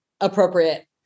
appropriate